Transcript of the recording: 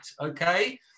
okay